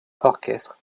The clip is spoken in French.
orchestre